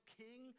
king